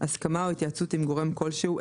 הסכמה או התייעצות עם גורם כלשהו,